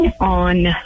on